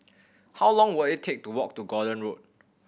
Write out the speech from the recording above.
how long will it take to walk to Gordon Road